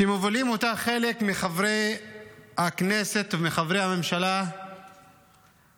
שמובילים אותה חלק מחברי הכנסת ומחברי הממשלה הנוכחית.